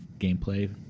gameplay